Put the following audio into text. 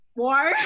war